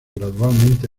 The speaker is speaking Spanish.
gradualmente